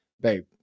babe